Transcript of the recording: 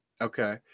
Okay